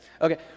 Okay